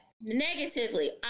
Negatively